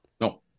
No